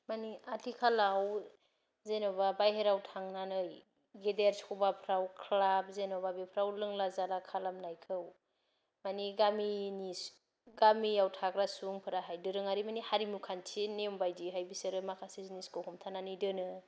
माने आथिखालाव जेनबा बाहेराव थांनानै गेदेर सभाफोराव क्लाब जेनबा बेफोराव लोंला जाला खालामनायखौ माने गामिनि गामियाव थाग्रा सुबुंफोराहाय दोरोङारि माने हारिमु खान्थि नेम बायदियैहाय बिसोरो माखासे जिनिसखौ हमथानानै दोनो